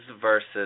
versus